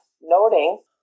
noting